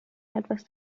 etwas